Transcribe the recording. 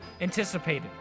anticipated